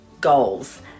goals